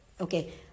okay